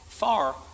far